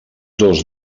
dos